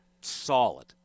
solid